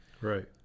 right